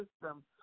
system